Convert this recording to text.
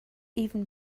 even